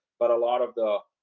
but a lot of the,